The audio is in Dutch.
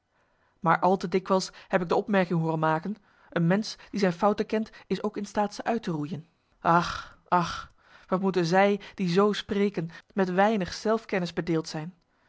maar al te dikwijls heb ik de opmerking hooren maken een mensch die zijn fouten kent is ook in staat ze uit te roeien ach ach wat moeten zij die zoo spreken met weinig zelfkennis bedeeld zijn